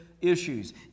issues